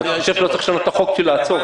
אני רק חושב שלא צריך לשנות את החוק בשביל לעצור.